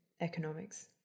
economics